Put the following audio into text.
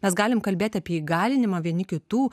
mes galim kalbėt apie įgalinimą vieni kitų